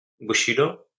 Bushido